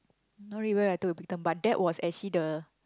not really where I took a Big Time but that was actually the